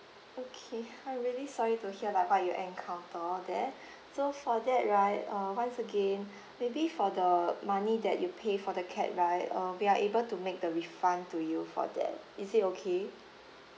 okay I'm really sorry to hear about your encounter all that so for that right uh once again maybe for the money that you pay for the cab right uh we are able to make the refund to you for that is it okay